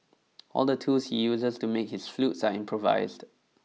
all the tools he uses to make his flutes are improvised